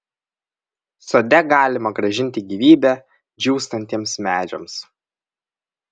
sode galima grąžinti gyvybę džiūstantiems medžiams